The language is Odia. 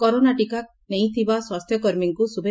କରୋନା ଟିକା ନେଇଥିବା ସ୍ୱାସ୍ଥ୍ୟକର୍ମୀଙ୍କୁ ଶୁଭେଇ